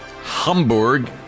Hamburg